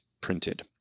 printed